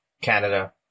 Canada